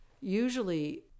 usually